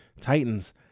titans